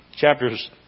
Chapters